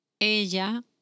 Ella